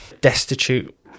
Destitute